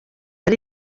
ari